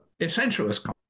essentialist